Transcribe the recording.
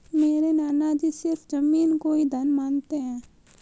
मेरे नाना जी सिर्फ जमीन को ही धन मानते हैं